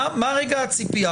מה רגע הציפייה?